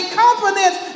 confidence